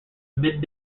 mid